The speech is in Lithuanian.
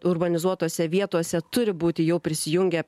urbanizuotose vietose turi būti jau prisijungę